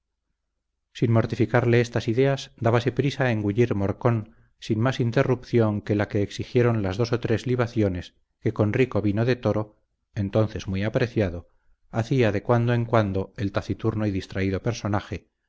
sin mortificarle estas ideas dábase prisa a engullir morcón sin más interrupción que la que exigieron las dos o tres libaciones que con rico vino de toro entonces muy apreciado hacía de cuando en cuando el taciturno y distraído personaje